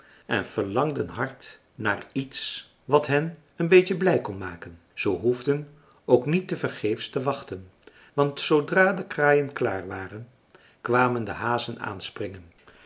en verlangden hard naar iets wat hen een beetje blij kon maken ze hoefden ook niet tevergeefs te wachten want zoodra de kraaien klaar waren kwamen de hazen aanspringen